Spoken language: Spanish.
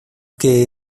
que